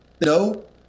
No